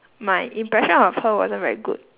my impression of her wasn't very good